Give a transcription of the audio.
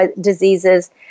diseases